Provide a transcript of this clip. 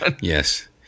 Yes